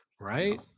Right